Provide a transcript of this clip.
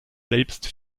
selbst